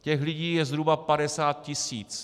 Těch lidí je zhruba 50 tis.